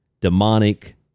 demonic